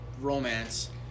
romance